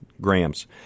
Grams